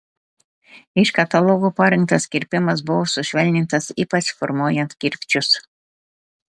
iš katalogo parinktas kirpimas buvo sušvelnintas ypač formuojant kirpčius